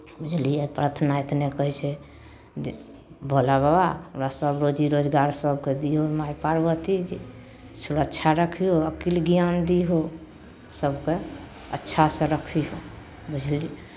बुझलियै प्रार्थना इतने करै छियै जे भोला बाबा हमरासभ रोजी रोजगार सभके दिहऽ माइ पार्वती जी सुरक्षा रखिहऽ अकिल ज्ञान दीहऽ सभकेँ अच्छासँ रखिहऽ बुझलियै